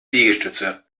liegestütze